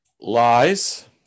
Lies